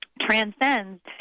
transcends